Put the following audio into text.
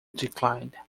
declined